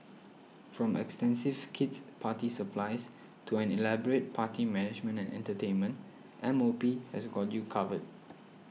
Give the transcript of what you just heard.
from extensive kid's party supplies to an elaborate party management and entertainment M O P has got you covered